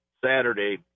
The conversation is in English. Saturday